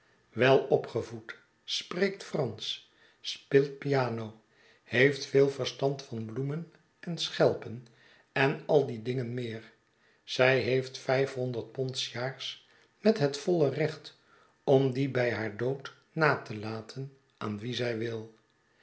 welopgevoed spreekt fransch speelt piano heeft veel verstand van bloemen en schelpen en al die dingen meer zij heeft vijf honderd pond s jaars met het voile recbt om die bij haar dood na te laten aan wien zij wil